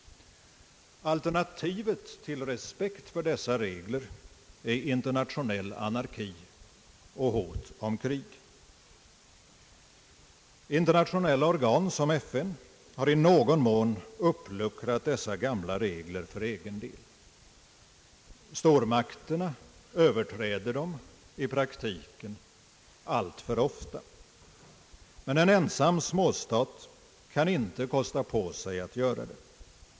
Alternativet till respekt för dessa regler är internationell anarki och hot om krig. Internationella organ som FN har i någon mån uppluckrat dessa gamla regler för egen del. Stormakterna överträder dem i praktiken alltför ofta, men en ensam småstat kan inte kosta på sig att göra det.